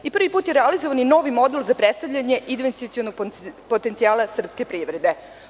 Prvi put je realizovan i novi model za predstavljanje investicionog potencijala srpske privrede.